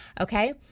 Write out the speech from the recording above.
Okay